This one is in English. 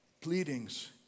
Pleadings